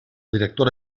directora